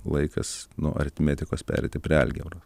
laikas nuo aritmetikos pereiti prie algebros